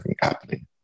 happening